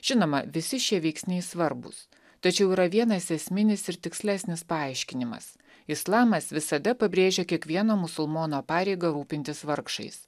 žinoma visi šie veiksniai svarbūs tačiau yra vienas esminis ir tikslesnis paaiškinimas islamas visada pabrėžia kiekvieno musulmono pareigą rūpintis vargšais